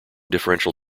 differential